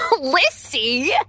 Lissy